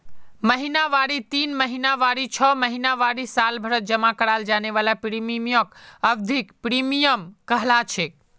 महिनावारी तीन महीनावारी छो महीनावारी सालभरत जमा कराल जाने वाला प्रीमियमक अवधिख प्रीमियम कहलाछेक